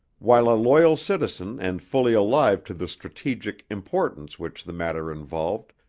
while a loyal citizen and fully alive to the strategic importance which the matter involved,